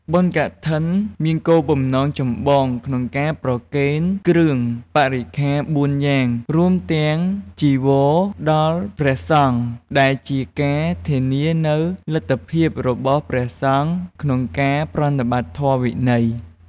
បុណ្យកឋិនមានគោលបំណងចម្បងក្នុងការប្រគេនគ្រឿងបរិក្ខារបួនយ៉ាង រួមទាំងចីវរ ដល់ព្រះសង្ឃ ដែលជាការធានានូវលទ្ធភាពរបស់ព្រះសង្ឃក្នុងការប្រតិបត្តិធម៌វិន័យ។